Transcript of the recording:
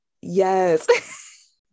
Yes